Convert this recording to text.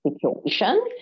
situation